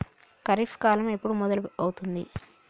ఖరీఫ్ కాలం ఎప్పుడు మొదలవుతుంది?